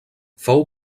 fou